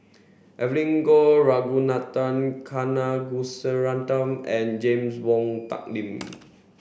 Evelyn Goh Ragunathar Kanagasuntheram and James Wong Tuck Yim